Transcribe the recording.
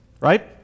right